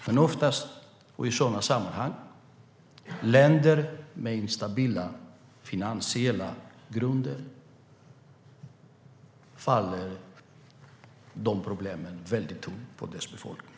I sådana sammanhang är det oftast länder med instabila finansiella grunder, och då faller problemen väldigt tungt på deras befolkning.